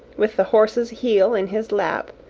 with the horse's heel in his lap,